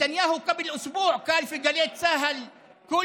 נתניהו אמר לפני שבוע בגלי צה"ל שכל